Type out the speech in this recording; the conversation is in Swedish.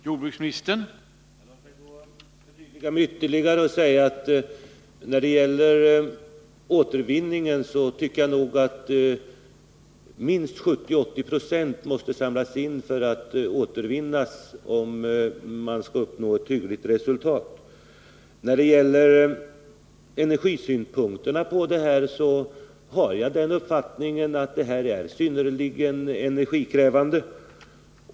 Herr talman! Låt mig då förtydliga mig ytterligare och säga när det gäller återvinningen, att jag nog tycker att minst 70-80 96 måste samlas in för att återvinnas, om man skall kunna uppnå ett hyggligt resultat. I fråga om energisynpunkterna har jag den uppfattningen att den här tillverkningen är synnerligen energikrävande.